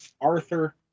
Arthur